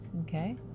okay